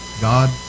God